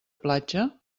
platja